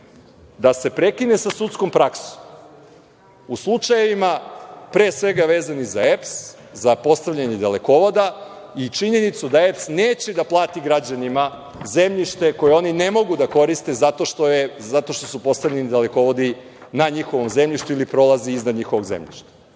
da se prekine sa sudskom praksom u slučajevima, pre svega vezanim za EPS, za postavljanje dalekovoda i činjenicu da EPS neće da plati građanima zemljište koje oni ne mogu da koriste zato što su postavljeni dalekovodi na njihovom zemljištu ili prolazi iznad njihovog zemljišta.